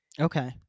Okay